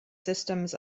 systems